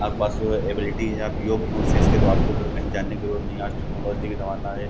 आपके पास जो है एबिलिटी है आप योग्य हों उस चीज के तो आपको जो है कहीं जाने की ज़रूरत नहीं है आज टेक्नोलॉजी के ज़माना है